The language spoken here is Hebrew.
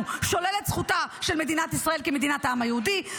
שולל את זכותה של מדינת ישראל כמדינת העם היהודי,